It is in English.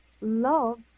love